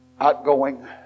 Outgoing